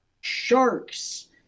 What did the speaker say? sharks